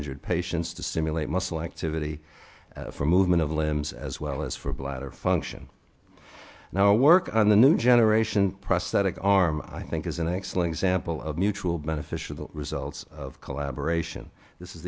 injured patients to simulate muscle activity for movement of limbs as well as for bladder function now work on the new generation prosthetic arm i think is an excellent example of mutual beneficial results of collaboration this is